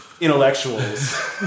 intellectuals